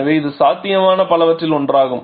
எனவே இது சாத்தியமான பலவற்றில் ஒன்றாகும்